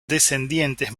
descendientes